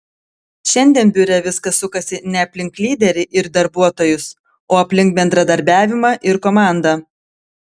šiandien biure viskas sukasi ne aplink lyderį ir darbuotojus o aplink bendradarbiavimą ir komandą